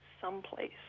someplace